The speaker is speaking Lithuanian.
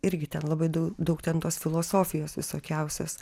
irgi ten labai dau daug ten tos filosofijos visokiausios